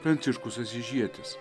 pranciškus asyžietis